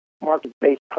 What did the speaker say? market-based